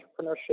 entrepreneurship